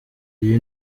iyi